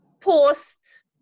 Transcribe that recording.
post